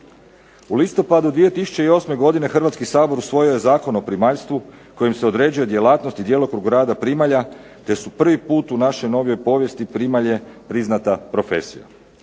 U listopadu 2008. godine Hrvatski sabor usvojio je Zakon o primaljstvu kojim se određuje djelatnost i djelokrug rada primalja, te su prvi put u našoj novijoj povijesti primalje priznata profesija.